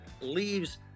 leaves